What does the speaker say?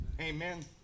Amen